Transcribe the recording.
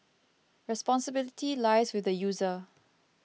responsibility lies with the user